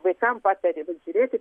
vaikam patari vat pažiūrėti